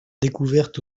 découverte